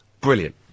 brilliant